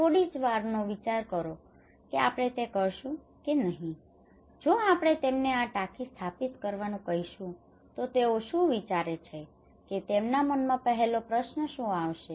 થોડીવારનો જ વિચાર કરો કે આપણે તે કરીશું કે નહીં જો આપણે તેમને આ ટાંકી સ્થાપિત કરવાનું કહીશું તો તેઓ શું વિચારે છે કે તેમના મનમાં પહેલો પ્રશ્ન શું આવશે